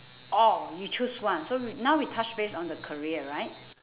oh you choose one so now we touch base on the career right